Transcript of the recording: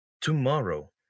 tomorrow